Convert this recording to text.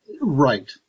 Right